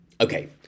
Okay